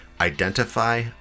Identify